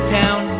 town